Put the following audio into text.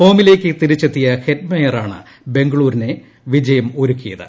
ഫോമിലേക്ക് തിരിച്ചെത്തിയ ഹെറ്റ്മെയറാണ് ബ്യാംഗ്ലൂരിന് വിജയമൊരുക്കിയത്